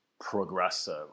progressive